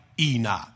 Enoch